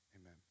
Amen